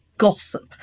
gossip